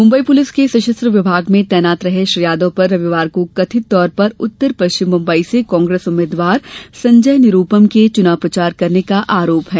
Mumbai police के सषस्त्र विभाग में तैनात रहे श्री यादव पर रविवार को कथिततौर पर उत्तर पष्विम मुंबई से कांग्रेस उम्मीदवार संजय निरूपम के चुनाव प्रचार करने का आरोप है